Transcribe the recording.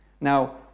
Now